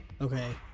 Okay